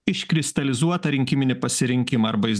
iškristalizuotą rinkiminį pasirinkimą arba jis